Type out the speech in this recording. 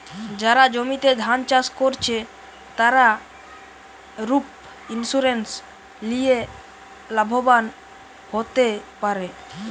যারা জমিতে ধান চাষ কোরছে, তারা ক্রপ ইন্সুরেন্স লিয়ে লাভবান হোতে পারে